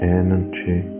energy